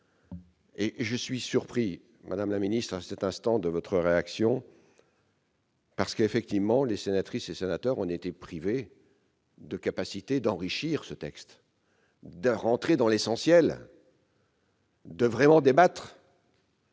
Je suis surpris, madame la ministre, en cet instant, de votre réaction. Effectivement, les sénatrices et les sénateurs ont été privés de la capacité d'enrichir ce texte pour en venir à l'essentiel et vraiment débattre.